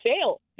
fail